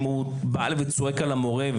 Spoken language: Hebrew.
אם הוא בא וצועק על המורה?